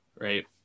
Right